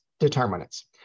determinants